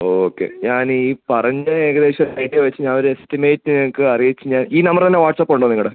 okay ഞാൻ ഈ പറഞ്ഞ ഏകദേശം റേറ്റ് വച്ച് ഞാൻ ഒരു എസ്റ്റിമേറ്റ് നിങ്ങൾക്ക് അറിയിച്ച് ഞാൻ ഈ നമ്പറ് തന്നെ വാട്ട്സ്ആപ്പുണ്ടോ നിങ്ങളുടെ